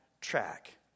track